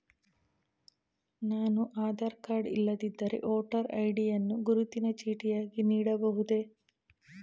ನಾನು ಆಧಾರ ಕಾರ್ಡ್ ಇಲ್ಲದಿದ್ದರೆ voter ID ಯನ್ನು ಗುರುತಿನ ಚೀಟಿಯಾಗಿ ನೀಡಬಹುದೇ?